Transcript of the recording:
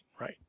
right